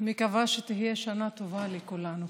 קודם כול, אני מקווה שתהיה שנה טובה לכולנו.